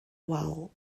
wal